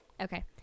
Okay